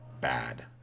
bad